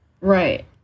Right